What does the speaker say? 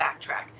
backtrack